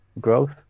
growth